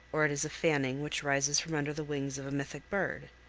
or it is a fanning which rises from under the wings of a mythic bird.